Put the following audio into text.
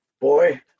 boy